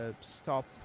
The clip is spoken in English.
stop